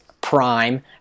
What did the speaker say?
prime